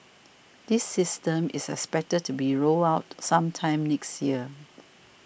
this system is expected to be rolled out sometime next year